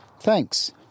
Thanks